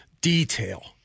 detail